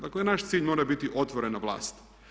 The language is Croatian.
Dakle, naš cilj mora biti otvorena vlast.